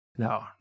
No